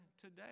today